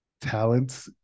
talent